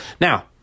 Now